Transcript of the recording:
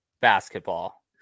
basketball